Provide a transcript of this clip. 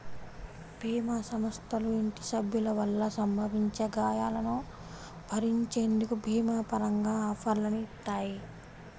భీమా సంస్థలు ఇంటి సభ్యుల వల్ల సంభవించే గాయాలను భరించేందుకు భీమా పరంగా ఆఫర్లని ఇత్తాయి